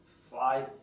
five